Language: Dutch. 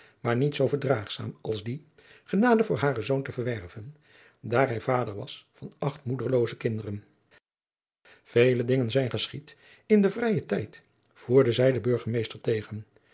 maar niet zoo verdraagzaam als die genade voor haren zoon te verwerven daar hij vader was van acht moederlooze kinderen vele dingen zijn geschied in den vrijen tijd voerde zij den burgemeester tegen